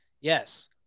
Yes